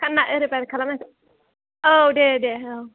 फानना एरेबार खालामाखै औ दे दे औ